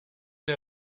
der